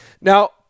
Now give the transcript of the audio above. Now